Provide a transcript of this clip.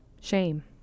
Shame